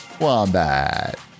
Wombat